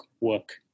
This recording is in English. work